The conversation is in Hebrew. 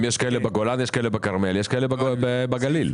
אתה אומר: יש לי כרגע מחויבות של 140 מיליון שקל.